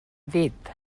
dit